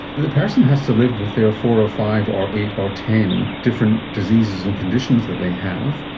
the person has to live with their four or five or eight or ten different diseases and conditions that they have,